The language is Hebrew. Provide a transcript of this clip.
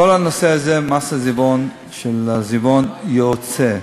כל הנושא הזה של מס עיזבון, יוצא.